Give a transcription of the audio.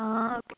ആ ഓക്കെ